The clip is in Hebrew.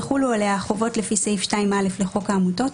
יחולו עליה החובות לפי סעיף 2(א) לחוק העמותות,